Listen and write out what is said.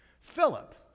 Philip